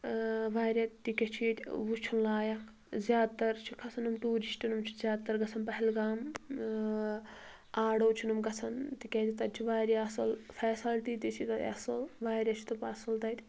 واریاہ تہِ کیٛنٚہہ چھِ یتہِ وُچُھن لایِق زیادٕ تر چھِ کھسان نۄم ٹیٚوٗرِشٹ نۄم چھِ زیادٕ تر گژھان پہلگام ٲ آڈو چھِ نۄم گژھان تِکیازِ تتہِ چھِ واریاہ اصٕل فیسَلٹی تہِ چھِ تتہِ اصٕل واریاہ چھِ تم اصٕل تتہِ